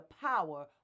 power